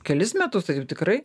kelis metus tai jau tikrai